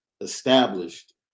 established